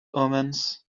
omens